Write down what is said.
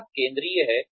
ग्राहक केंद्रीय है